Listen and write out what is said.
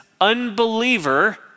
unbeliever